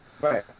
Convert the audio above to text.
Right